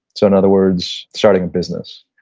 so, in other words, starting a business.